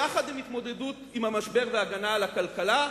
יחד עם התמודדות עם המשבר והגנה על הכלכלה,